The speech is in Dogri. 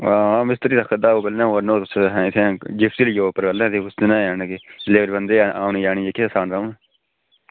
हां मिस्तरी आक्खा दा हा ओह् कन्नै ओह् आह्नो तुस अहें इत्थै जे सी बी लेई आओ उप्परै आहलें ते उस दिनै यानि कि लेबर बंदे हैन औने जाने गी जेह्दे असान रौह्न